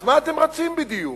אז לאן אתם רצים בדיוק?